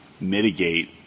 mitigate